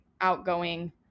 outgoing